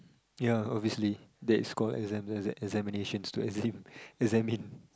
ya obviously that is called exam examinations it's to examine